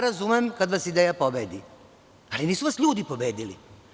Razumem kad vas ideja pobedi, ali nisu vas ljudi pobedili.